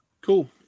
cool